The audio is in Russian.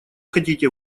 хотите